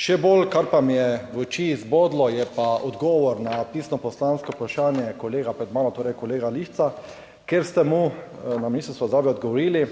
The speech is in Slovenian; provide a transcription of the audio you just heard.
Še bolj pa me je v oči zbodel odgovor na pisno poslansko vprašanje kolega pred mano, torej kolega Lisca, kjer ste mu na Ministrstvu za zdravje odgovorili,